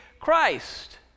Christ